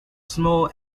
small